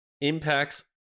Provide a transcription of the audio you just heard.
impacts